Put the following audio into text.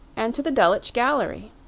and to the dulwich gallery.